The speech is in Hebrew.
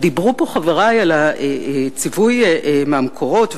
ודיברו פה חברי על הציווי מהמקורות,